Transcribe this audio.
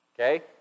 okay